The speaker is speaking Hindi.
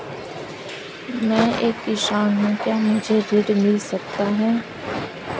मैं एक किसान हूँ क्या मुझे ऋण मिल सकता है?